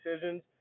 decisions